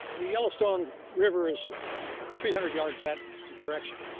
the yellowstone river is yeah three hundred yards that direction.